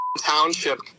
township